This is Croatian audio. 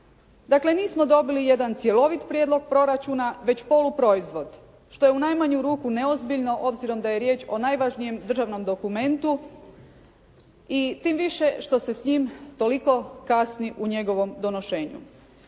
Dakle, nismo dobili jedan cjelovit prijedlog proračuna, već polu proizvod, što je u najmanju ruku neozbiljno, obzirom da je riječ o najvažnijem državnom dokumentu i tim više što se sa njim toliko kasni u njegovom donošenju.